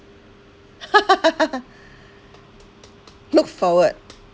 look forward